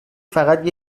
فقط